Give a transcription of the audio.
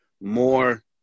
more